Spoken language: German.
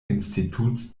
instituts